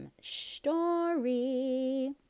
story